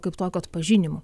kaip tokio atpažinimu